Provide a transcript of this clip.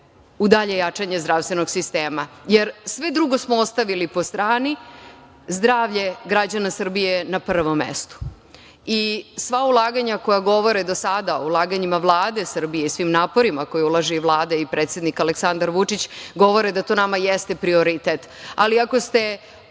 u dalje jačanje zdravstvenog sistema. Jer, sve drugo smo ostavili po strani, zdravlje građana Srbije je na prvom mestu. Sva ulaganja koja govore do sada, ulaganjima Vlade Srbije i svim naporima koje ulaže i Vlada i predsednik Aleksandar Vučić, govore da to nama jeste prioritet. Ali, ako ste